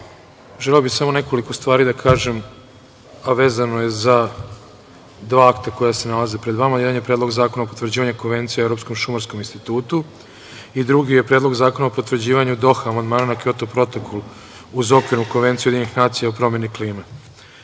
želeo bih samo nekoliko stvari da kažem, a vezano je za dva akta koja se nalaze pred vama. Jedan je Predlog zakona o potvrđivanju Konvencije o Evropskom šumarskom institutu i drugi je Predlog zakona o potvrđivanju Doha amandmana na Kjoto protokol uz okvirnu Konvenciju UN o promeni klime. Prvi